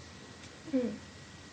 mm